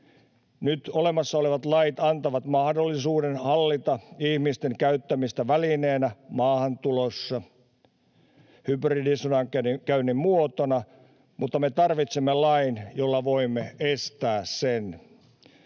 Nyt olemassa olevat lait antavat mahdollisuuden hallita ihmisten käyttämistä välineenä maahantulossa hybridisodankäynnin muotona, mutta me tarvitsemme lain, jolla voimme estää sen.